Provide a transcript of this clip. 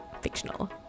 fictional